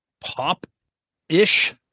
pop-ish